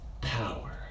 power